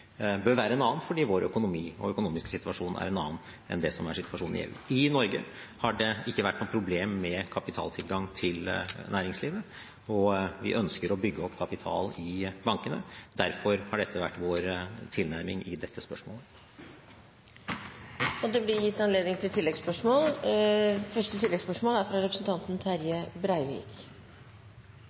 bør være en annen, fordi vår økonomi og økonomiske situasjon er en annen enn det som er situasjonen i EU. I Norge har det ikke vært noe problem med kapitaltilgang til næringslivet, og vi ønsker å bygge opp kapital i bankene. Derfor har dette vært vår tilnærming i dette spørsmålet. Terje Breivik – til oppfølgingsspørsmål. Oppfølgingsspørsmålet går til